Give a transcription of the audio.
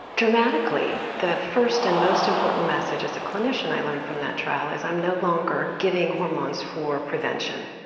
dramatically, the first and most important message as a clinician i learned from that trial is i am no longer giving hormones for prevention.